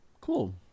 cool